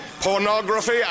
Pornography